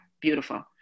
beautiful